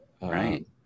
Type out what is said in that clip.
Right